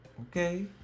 okay